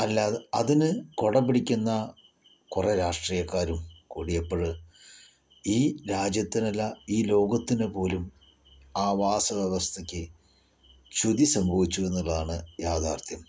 അല്ലാതെ അതിനു കുടപിടിക്കുന്ന കുറേ രാഷ്ട്രീയക്കാരും കൂടിയപ്പോൾ ഈ രാജ്യത്തിന് അല്ല ഈ ലോകത്തിനു പോലും ആവാസവ്യവസ്ഥയ്ക്ക് ച്യുതി സംഭവിച്ചു എന്നുള്ളതാണ് യാഥാർത്ഥ്യം